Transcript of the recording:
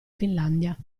finlandia